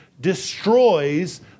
destroys